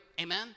amen